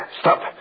Stop